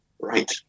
Right